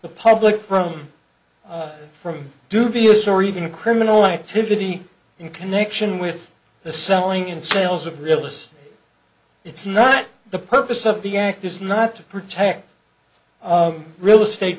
the public from from dubious or even criminal activity in connection with the selling in sales of realists it's not the purpose of the act is not to protect real estate